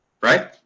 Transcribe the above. right